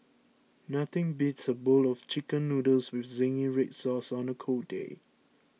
nothing beats a bowl of Chicken Noodles with Zingy Red Sauce on a cold day